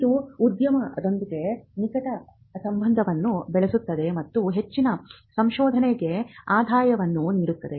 ಇದು ಉದ್ಯಮದೊಂದಿಗೆ ನಿಕಟ ಸಂಬಂಧವನ್ನು ಬೆಳೆಸುತ್ತದೆ ಮತ್ತು ಹೆಚ್ಚಿನ ಸಂಶೋಧನೆಗೆ ಆದಾಯವನ್ನು ನೀಡುತ್ತದೆ